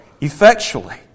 effectually